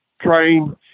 train